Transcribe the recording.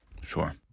sure